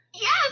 Yes